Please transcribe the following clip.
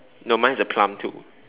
no mine is the plum too